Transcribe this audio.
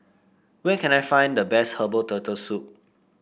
where can I find the best Herbal Turtle Soup